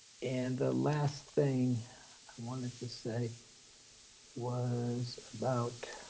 and the last thing i wanted to say was about